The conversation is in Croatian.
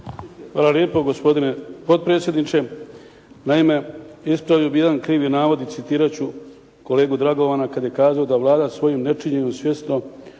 Hvala lijepo gospodine potpredsjedniče. Naime, ispravio bih jedan krivi navod i citirat ću kolegu Dragovana kada je kazao da Vlada svojim nečinjenju svjesno